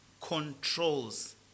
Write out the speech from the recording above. controls